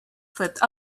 flipped